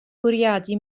bwriadu